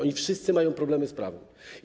Oni wszyscy mają problemy z prawem.